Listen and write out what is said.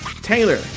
Taylor